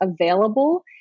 available